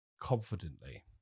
confidently